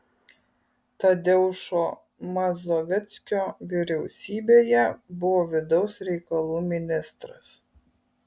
tadeušo mazoveckio vyriausybėje buvo vidaus reikalų ministras